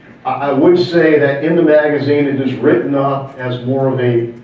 i would say that in the magazine it is written up as more of a,